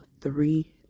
three